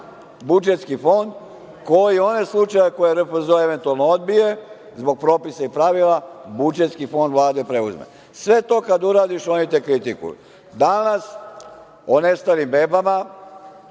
budžetski fond, koji one slučajeve koje RFZ eventualno odbije, zbog propisa i pravila, budžetski fond Vlade preuzme. Sve to kad uradiš oni te kritikuju. Danas o nestalim bebama